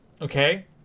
okay